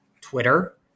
Twitter